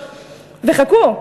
וחכו,